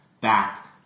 back